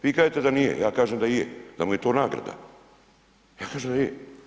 Vi kažete da nije, ja kažem da je da mu je to nagrada, ja kažem da je.